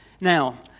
Now